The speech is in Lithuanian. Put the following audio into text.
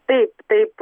taip taip